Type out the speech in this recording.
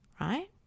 right